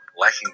lacking